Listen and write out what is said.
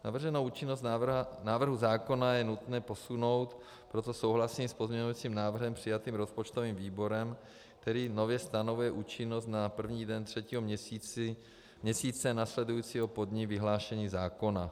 Navrženou účinnost návrhu zákona je nutné posunout, proto souhlasím s pozměňovacím návrhem přijatým rozpočtovým výborem, který nově stanovuje účinnost na první den třetího měsíce následujícího po dni vyhlášení zákona.